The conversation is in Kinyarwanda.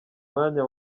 mwanya